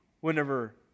whenever